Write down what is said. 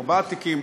ארבעה תיקים.